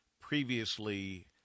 previously